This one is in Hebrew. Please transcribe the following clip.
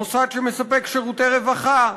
מוסד שמספק שירותי רווחה,